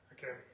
Okay